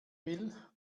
will